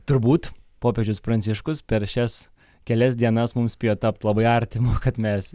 turbūt popiežius pranciškus per šias kelias dienas mums spėjo tapt labai artimu kad mes